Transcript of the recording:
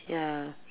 ya